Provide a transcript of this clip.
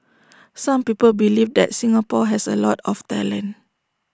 some people believe that Singapore has A lot of talent